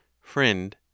Friend